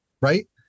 right